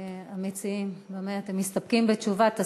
המציעים, אתם מסתפקים בתשובת השר,